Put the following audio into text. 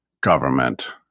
government